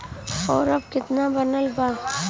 और अब कितना बनल बा?